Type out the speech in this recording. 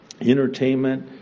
entertainment